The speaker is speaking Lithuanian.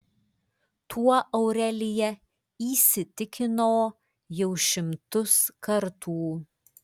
tuo aurelija įsitikino jau šimtus kartų